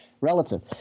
relative